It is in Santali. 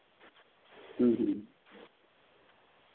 ᱦᱮᱸ ᱦᱮᱸ